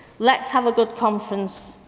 let's have a good conference,